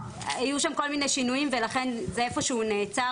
היו שם כל מיני שינויים ולכן זה איפשהו נעצר